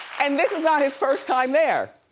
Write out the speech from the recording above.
and this is not his first time there.